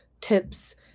tips